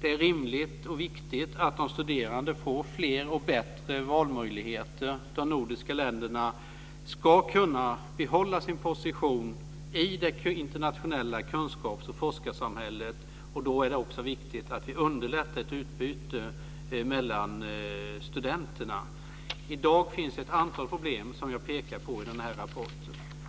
Det är rimligt och viktigt att de studerande får fler och bättre valmöjligheter. De nordiska länderna ska kunna behålla sin position i det internationella kunskaps och forskarsamhället, och då är det också viktigt att vi underlättar ett utbyte mellan studenterna. I dag finns ett antal problem, som jag pekar på i den här rapporten.